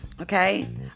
Okay